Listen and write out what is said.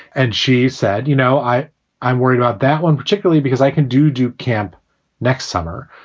and she said, you know, i i'm worried about that one, particularly because i can do dupe camp next summer.